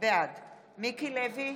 בעד מיקי לוי,